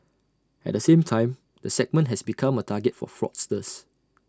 at the same time the segment has become A target for fraudsters